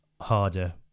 harder